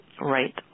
right